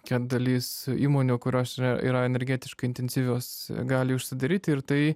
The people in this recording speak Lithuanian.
kad dalis įmonių kurios yra yra energetiškai intensyvios gali užsidaryti ir tai